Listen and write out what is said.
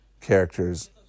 characters